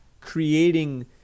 creating